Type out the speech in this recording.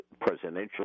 presidential